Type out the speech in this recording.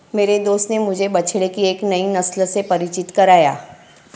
मेरे दोस्त ने मुझे बछड़े की एक नई नस्ल से परिचित कराया